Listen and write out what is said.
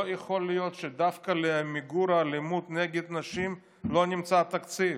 לא יכול להיות שדווקא למיגור האלימות נגד נשים לא נמצא תקציב.